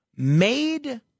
Made